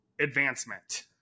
advancement